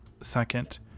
Second